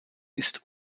ist